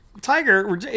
Tiger